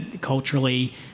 culturally